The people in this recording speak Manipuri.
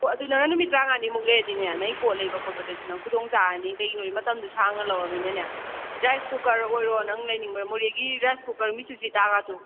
ꯍꯣꯏ ꯑꯗꯨ ꯅꯪꯅ ꯅꯨꯃꯤꯠ ꯇꯔꯥꯃꯉꯥꯅꯤꯃꯨꯛ ꯂꯩꯔꯗꯤꯅꯦ ꯅꯪꯒꯤ ꯄꯣꯠ ꯂꯩꯕ ꯈꯣꯠꯄꯗꯁꯨ ꯅꯪ ꯈꯨꯗꯣꯡ ꯆꯔꯥꯅꯤ ꯀꯩꯒꯤꯅꯣ ꯍꯥꯏꯔꯗꯤ ꯃꯇꯝꯗꯣ ꯁꯥꯡꯅ ꯂꯧꯔꯕꯅꯤꯅꯅꯦ ꯔꯥꯏꯁ ꯀꯨꯀꯔ ꯑꯣꯏꯔꯣ ꯅꯪꯅ ꯂꯩꯅꯤꯡꯕ ꯃꯣꯔꯦꯒꯤ ꯔꯥꯏꯁ ꯀꯨꯀꯔ ꯃꯤꯆꯨꯁꯤꯇꯥꯒꯥꯗꯣ